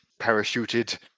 parachuted